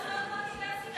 תענה על השאלה הזאת.